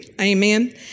Amen